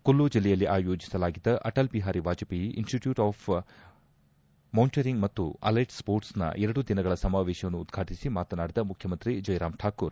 ಕುಲ್ಲು ಜಿಲ್ಲೆಯಲ್ಲಿ ಆಯೋಜಿಸಲಾಗಿದ್ದ Atal Bihari Vajpayee institute of mountaineering ಮತ್ತು ಅಲೈಡ್ ಸ್ವೋರ್ಟ್ಸ್ ನ ಎರಡು ದಿನಗಳ ಸಮಾವೇಶವನ್ನು ಉದ್ವಾಟಿಸಿದ ಮಾತನಾಡಿದ ಮುಖ್ಯಮಂತ್ರಿ ಜೈ ರಾಮ್ ಠಾಕೂರ್